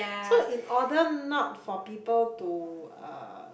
so in order not for people to uh